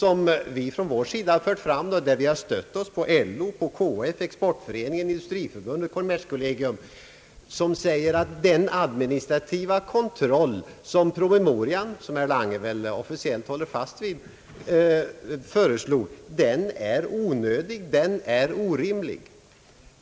Och när vi fört fram den har vi stött oss på LO, KF, Exportföreningen, Industriförbundet och kommerskollegium, som säger att den administrativa kontroll som föreslogs i promemorian och som herr Lange väl officiellt håller fast vid är onödig och orimlig.